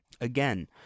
again